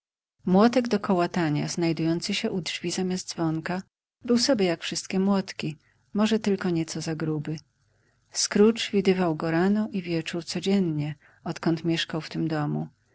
do kołatania znajdujący się u drzwi zamiast dzwonka był sobie jak wszystkie młotki może tylko nieco za gruby scrooge widywał go rano i wieczór codziennie odkąd mieszkał w tym domu